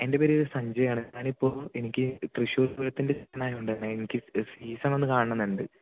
എൻ്റെ പേര് സഞ്ജയ് ആണ് ഞാനിപ്പോൾ എനിക്ക് തൃശ്ശൂർ പൂരത്തിൻറെ സീസൺ ആയതുകൊണ്ട് തന്നെ എനിക്ക് സീസൺ ഒന്ന് കാണണം എന്നുണ്ട്